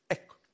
Ecco